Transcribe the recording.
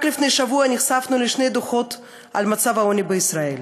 רק לפני שבוע נחשפנו לשני דוחות על מצב העוני בישראל: